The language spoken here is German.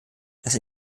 dass